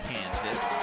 Kansas